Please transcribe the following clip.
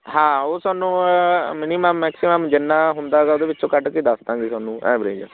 ਹਾਂ ਉਹ ਸਾਨੂੰ ਮਿਨੀਮਮ ਮੈਕਸੀਮਮ ਜਿੰਨਾ ਹੁੰਦਾ ਹੈਗਾ ਉਹਦੇ ਵਿੱਚੋਂ ਕੱਢ ਕੇ ਦੱਸ ਦਾਂਗੇ ਤੁਹਾਨੂੰ ਐਵਰੇਜ